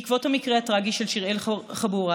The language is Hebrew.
בעקבות המקרה הטרגי של שיראל חבורה,